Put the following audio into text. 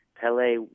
Pele